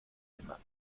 immer